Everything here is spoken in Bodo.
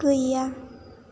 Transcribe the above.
गैया